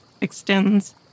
extends